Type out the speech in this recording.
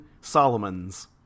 Solomons